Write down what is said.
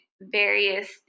various